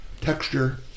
texture